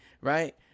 right